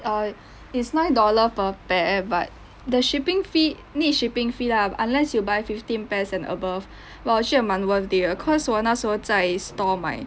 err it's nine dollar per pair but the shipping fee needs shipping fee lah unless you buy fifteen pairs and above but 我觉得蛮 worth it 的 cause 我那时候在 store 买